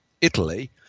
Italy